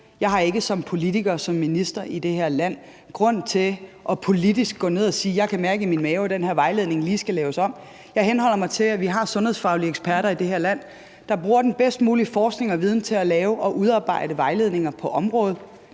Jeg har ikke som politiker, som minister i det her land, grund til at gå ned og sige: Jeg kan mærke i min mave, at den her vejledning lige skal laves om. Jeg henholder mig til, at vi har sundhedsfaglige eksperter i det her land, der bruger den bedst mulige forskning og viden til at lave og udarbejde vejledninger på området.